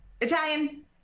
Italian